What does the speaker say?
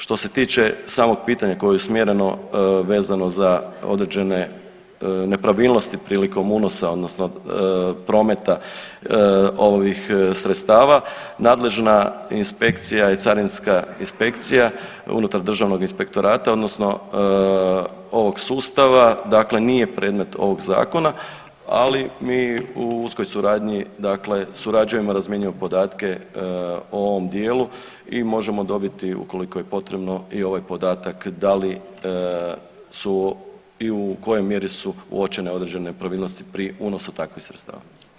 Što se tiče samog pitanja koje je usmjereno vezano za određene nepravilnosti prilikom unosa odnosno prometa ovih sredstava, nadležna inspekcija i carinska inspekcija unutar Državnog inspektorata odnosno ovog sustava, dakle nije predmet ovog zakona ali mi u uskoj suradnji dakle surađujemo, razmjenjujemo podatke o ovom djelu i možemo dobiti ukoliko je potrebno, i ovaj podatak, da li su i u kojoj mjeri su uočene određene nepravilnosti pri unosu takvih sredstava.